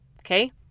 Okay